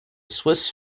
swiss